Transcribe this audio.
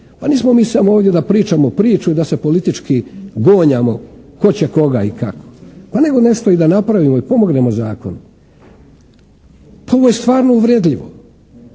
Pa nismo samo ovdje da pričamo priču i da se politički gonjamo tko će koga i kako nego da nešto i napravimo i pomognemo zakonu. Pa ovo je stvarno uvredljivo,